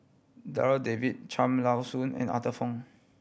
Darryl David Cham Tao Soon and Arthur Fong